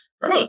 Bro